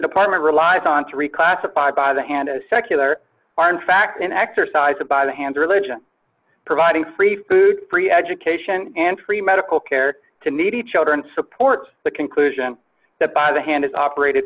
department relies on to reclassify by the hand of secular or in fact an exercise a by the hand religion providing free food free education and free medical care to meet each other and support the conclusion that by the hand is operated